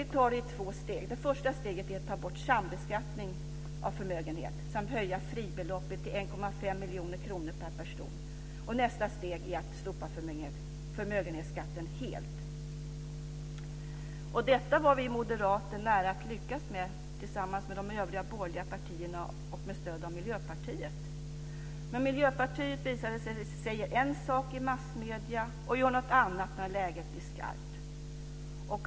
Vi tar det i två steg. Det första steget är att ta bort sambeskattning av förmögenhet samt höja fribeloppet till 1,5 miljoner kronor per person. Nästa steg är att slopa förmögenhetsskatten helt. Detta var vi moderater nära att lyckas med tillsammans med de övriga borgerliga partierna och med stöd av Miljöpartiet. Men Miljöpartiet visade sig säga en sak i massmedierna och göra något annat när läget blev skarpt.